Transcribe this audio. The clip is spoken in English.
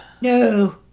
no